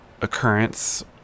occurrence